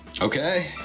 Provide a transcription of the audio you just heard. Okay